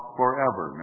forever